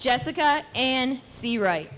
jessica and the right